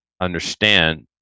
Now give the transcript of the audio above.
understand